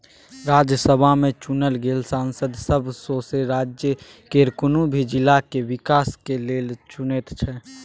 राज्यसभा में चुनल गेल सांसद सब सौसें राज्य केर कुनु भी जिला के विकास के लेल चुनैत छै